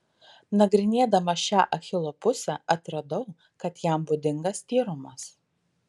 nagrinėdama šią achilo pusę atradau kad jam būdingas tyrumas